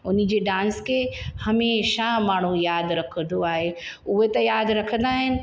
उन्हीअ जे डांस खे हमेशह माण्हू यादि रखंदो आहे उहे त यादि रखंदा आहिनि